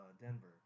Denver